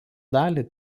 dalį